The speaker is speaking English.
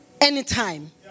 anytime